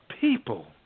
people